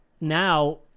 now